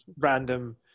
random